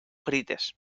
grites